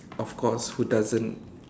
of course who doesn't